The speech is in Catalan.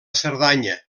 cerdanya